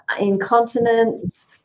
incontinence